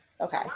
Okay